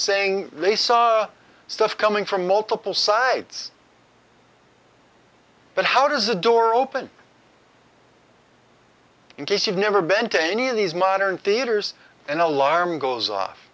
saying they saw stuff coming from multiple sides but how does a door open in case you've never been to any of these modern theaters an alarm goes off